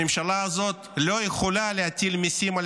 הממשלה הזאת לא יכולה להטיל מיסים על